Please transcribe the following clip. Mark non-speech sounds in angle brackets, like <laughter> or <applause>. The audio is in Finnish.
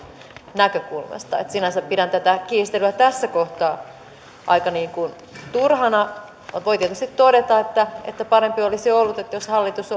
näkökulmasta että sinänsä pidän tätä kiistelyä tässä kohtaa aika turhana voi tietysti todeta että että parempi olisi ollut jos hallitus <unintelligible>